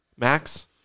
Max